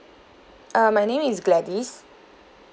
uh my name is gladys